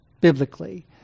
biblically